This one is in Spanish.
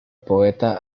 poeta